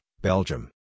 Belgium